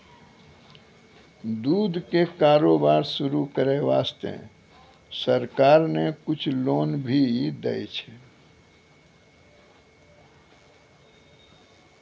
दूध के कारोबार शुरू करै वास्तॅ सरकार न कुछ लोन भी दै छै